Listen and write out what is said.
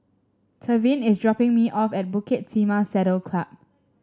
Tevin is dropping me off at Bukit Timah Saddle Club